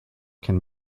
can